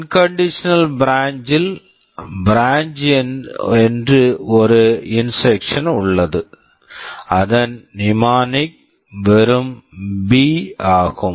unconditional branch unconditional branch ல் branch branch என்று ஒரு இன்ஸ்ட்ரக்க்ஷன் instruction உள்ளது அதன் நிமானிக் mnemonic வெறும் பி B ஆகும்